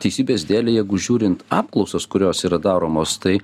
teisybės dėlei jeigu žiūrint apklausas kurios yra daromos tai